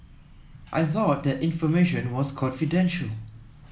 I thought that information was confidential